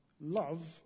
love